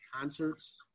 concerts